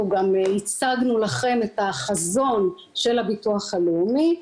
גם הצגנו לכם את החזון של הביטוח הלאומי,